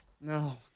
No